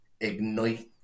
ignite